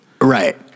Right